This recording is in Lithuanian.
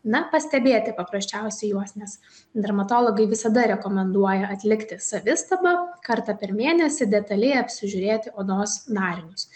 na pastebėti paprasčiausiai juos nes dermatologai visada rekomenduoja atlikti savistabą kartą per mėnesį detaliai apsižiūrėti odos darinius